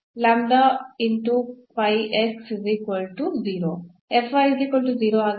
ಆಗಿದೆ